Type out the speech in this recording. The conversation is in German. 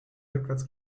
rückwärts